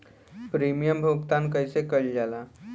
Premium भुगतान कइसे कइल जाला?